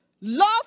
Love